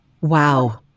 Wow